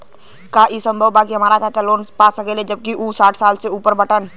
का ई संभव बा कि हमार चाचा लोन पा सकेला जबकि उ साठ साल से ऊपर बाटन?